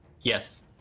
Yes